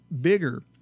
Bigger